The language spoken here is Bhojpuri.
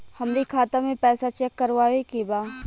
हमरे खाता मे पैसा चेक करवावे के बा?